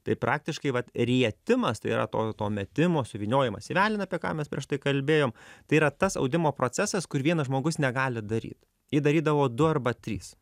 tai praktiškai vat rietimas tai yra to to metimo suvyniojamas į veleną apie ką mes prieš tai kalbėjome tai yra tas audimo procesas kur vienas žmogus negali daryt jį darydavo du arba trys